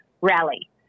rally